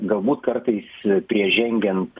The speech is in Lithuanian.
galbūt kartais prieš žengiant